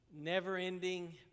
never-ending